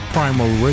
Primal